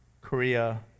Korea